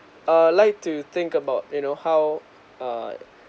err like to think about you know how uh